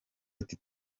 ati